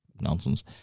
nonsense